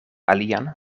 alian